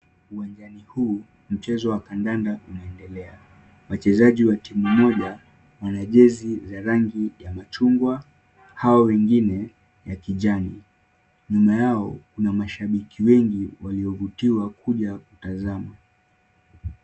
Uwanjani huu, mchezo wa kandakanda unaoendelea. Wachezaji wa timu moja wana jezi za rangi ya machungwa, hawa wengine ya kijani. Nyuma yao kuna mashabiki wengi waliovutiwa kuja kutazama.